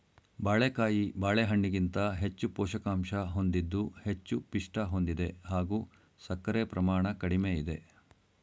ಬಾಳೆಕಾಯಿ ಬಾಳೆಹಣ್ಣಿಗಿಂತ ಹೆಚ್ಚು ಪೋಷಕಾಂಶ ಹೊಂದಿದ್ದು ಹೆಚ್ಚು ಪಿಷ್ಟ ಹೊಂದಿದೆ ಹಾಗೂ ಸಕ್ಕರೆ ಪ್ರಮಾಣ ಕಡಿಮೆ ಇದೆ